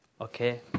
okay